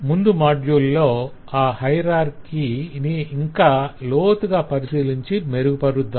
ముందు మాడ్యుల్ లో ఆ హయరార్కిని ఇంకా లోతుగా పరిశీలించి మెరుగుపరుద్దాం